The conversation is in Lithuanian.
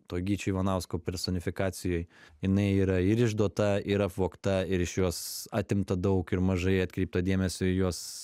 to gyčio ivanausko personifikacijoj jinai yra ir išduota ir apvogta ir iš jos atimta daug ir mažai atkreipta dėmesio į juos